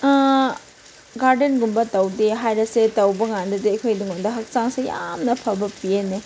ꯒꯥꯔꯗꯦꯟꯒꯨꯝꯕ ꯇꯧꯗꯦ ꯍꯥꯏꯔꯁꯦ ꯇꯧꯕꯀꯥꯟꯗꯗꯤ ꯑꯩꯈꯣꯏ ꯑꯩꯉꯣꯟꯗ ꯍꯛꯆꯥꯡꯁꯦ ꯌꯥꯝꯅ ꯐꯕ ꯄꯤꯌꯦꯅꯦ